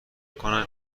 کنم